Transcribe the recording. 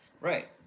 Right